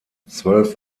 zwölf